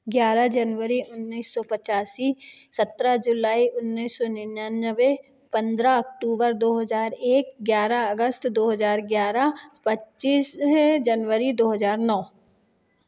ग्यारह जनवरी उन्नीस सौ पचासी सत्रह जुलाई उन्नीस सौ निन्यानवे पंद्रह अक्टूबर दो हज़ार एक ग्यारह अगस्त दो हजार ग्यारह पच्चीस हाँ जनवरी दो हज़ार नौ